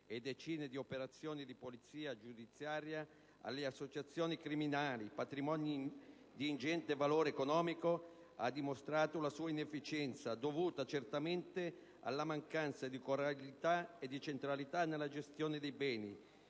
e decine di operazioni di polizia giudiziaria è stato capace di sottrarre alle associazioni criminali patrimoni di ingente valore economico, ha dimostrato la sua inefficienza, dovuta certamente alla mancanza di coralità e di centralità nella gestione dei beni,